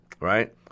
right